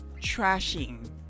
trashing